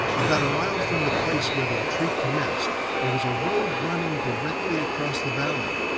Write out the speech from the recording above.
about a mile from the place where the retreat commenced there was a road running directly across the valley.